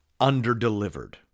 underdelivered